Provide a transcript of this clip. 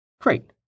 Great